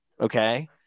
Okay